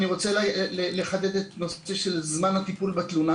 אני רוצה לחדד את הנושא של זמן הטיפול בתלונה